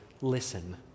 Listen